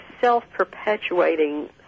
self-perpetuating